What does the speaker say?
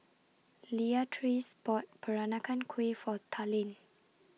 Leatrice bought Peranakan Kueh For Talen